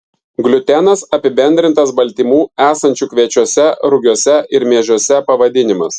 gliutenas apibendrintas baltymų esančių kviečiuose rugiuose ir miežiuose pavadinimas